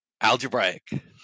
Algebraic